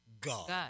God